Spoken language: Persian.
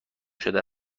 شده